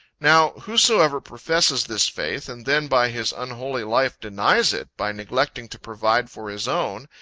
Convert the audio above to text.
now, whosoever professes this faith, and then by his unholy life denies it, by neglecting to provide for his own,